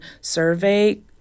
survey